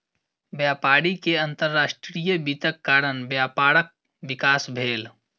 व्यापारी के अंतर्राष्ट्रीय वित्तक कारण व्यापारक विकास भेल